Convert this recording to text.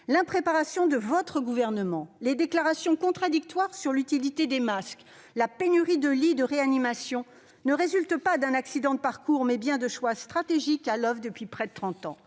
l'impréparation de votre gouvernement, les déclarations contradictoires sur l'utilité des masques, la pénurie de lits de réanimation, ne résultent pas d'un accident de parcours, mais découlent bien de choix stratégiques à l'oeuvre depuis près de trente